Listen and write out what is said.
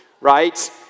right